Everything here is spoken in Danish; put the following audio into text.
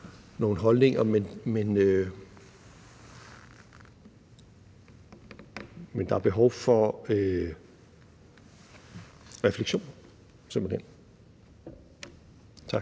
nogle holdninger, men der er simpelt hen behov for refleksion. Tak.